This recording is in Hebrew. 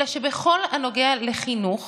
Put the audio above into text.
אלא שבכל הנוגע לחינוך